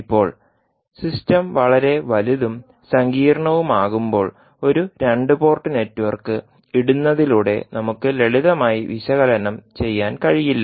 ഇപ്പോൾ സിസ്റ്റം വളരെ വലുതും സങ്കീർണ്ണവുമാകുമ്പോൾ ഒരു രണ്ട് പോർട്ട് നെറ്റ്വർക്ക് ഇടുന്നതിലൂടെ നമുക്ക് ലളിതമായി വിശകലനം ചെയ്യാൻ കഴിയില്ല